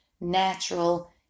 natural